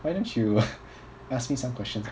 why don't you ask me some questions